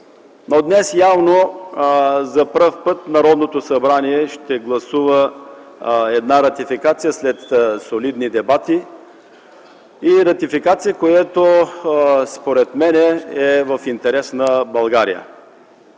но днес явно за първи път Народното събрание ще гласува една ратификация след солидни дебати. Това е ратификация, която според мен е в интерес на България,